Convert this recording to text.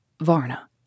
Varna